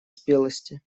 спелости